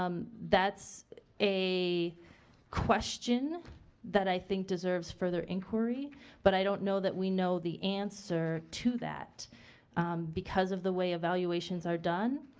um that's a question that i think deserves further inquiry but i don't know that we know the answer to that because of the way evaluations are done.